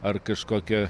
ar kažkokia